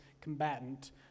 combatant